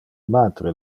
matre